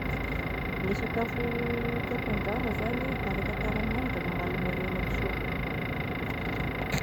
Gne sakafo tiako andrama zagny, araka tantara amignagny da ny amalogna miaro henakisoa.